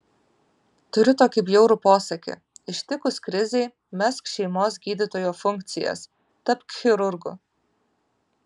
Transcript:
turiu tokį bjaurų posakį ištikus krizei mesk šeimos gydytojo funkcijas tapk chirurgu